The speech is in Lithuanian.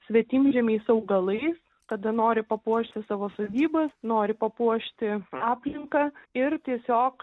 svetimžemiais augalais kada nori papuošti savo sodybas nori papuošti aplinką ir tiesiog